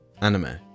anime